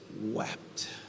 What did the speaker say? wept